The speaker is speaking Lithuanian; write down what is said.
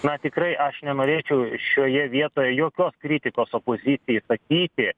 na tikrai aš nenorėčiau šioje vietoje jokios kritikos opozicijai sakyti